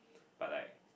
but like